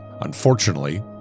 Unfortunately